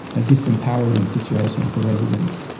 a disempowering situation for residents,